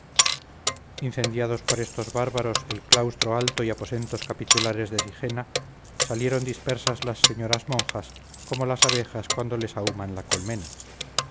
incendiados por estos bárbaros el claustro alto y aposentos capitulares de sigena salieron dispersas las señoras monjas como las abejas cuando les ahúman la colmena